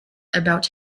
about